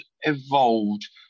evolved